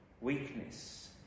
weakness